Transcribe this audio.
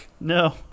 No